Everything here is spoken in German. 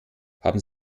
haben